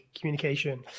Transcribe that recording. communication